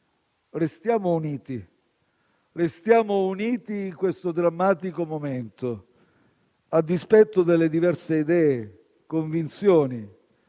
restiamo uniti. Restiamo uniti in questo drammatico momento, a dispetto delle diverse idee e convinzioni,